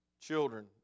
children